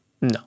No